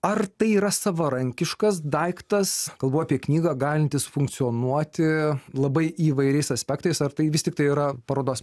ar tai yra savarankiškas daiktas kalbu apie knygą galintis funkcionuoti labai įvairiais aspektais ar tai vis tiktai yra parodos